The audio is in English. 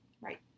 Right